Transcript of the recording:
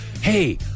hey